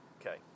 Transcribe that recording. okay